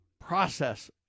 process